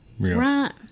Right